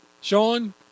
Sean